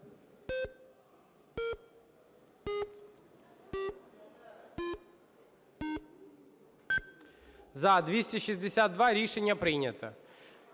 За-262 Рішення прийнято.